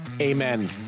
Amen